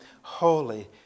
holy